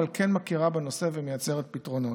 אבל היא כן מכירה בנושא ויוצרת פתרונות.